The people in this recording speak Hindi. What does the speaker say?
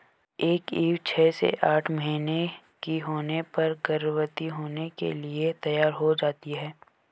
एक ईव छह से आठ महीने की होने पर गर्भवती होने के लिए तैयार हो जाती है